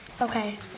Okay